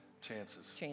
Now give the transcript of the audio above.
Chances